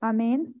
Amen